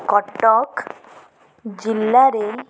କଟକ ଜିଲ୍ଲାରେ